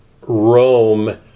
Rome